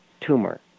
tumor